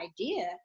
idea